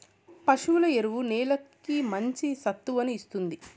పశువుల ఎరువు నేలకి మంచి సత్తువను ఇస్తుంది